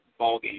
ballgame